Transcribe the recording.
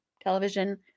television